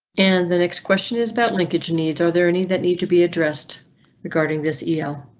and the next question is about linkage needs. are there any that need to be addressed regarding this el?